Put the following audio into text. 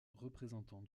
représentant